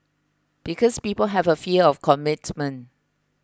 because people have a fear of commitment